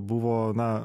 buvo na